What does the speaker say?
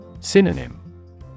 Synonym